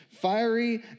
Fiery